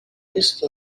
نیست